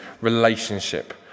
relationship